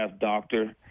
doctor